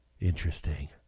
interesting